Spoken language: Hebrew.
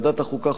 ועדת החוקה,